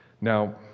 Now